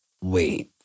wait